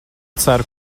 ceru